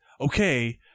okay